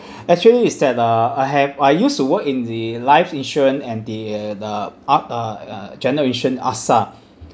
actually is that uh I have I used to work in the life insurance and the uh the a~ a uh generation asa